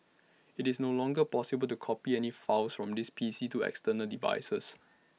IT is no longer possible to copy any files from these PCs to external devices